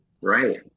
Right